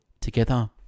together